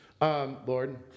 Lord